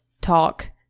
talk